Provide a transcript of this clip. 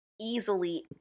easily